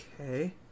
okay